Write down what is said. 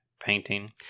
painting